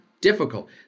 difficult